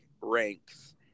Ranks